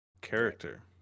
character